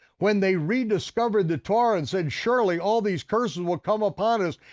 when they rediscover the torah and said surely all these curses will come upon us,